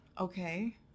Okay